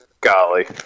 golly